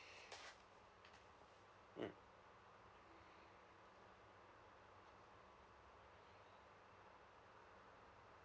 mm